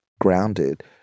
grounded